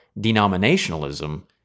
denominationalism